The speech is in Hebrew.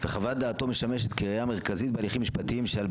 וחוות דעתו משמשת כראייה מרכזית בהליכים משפטיים שעל